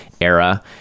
era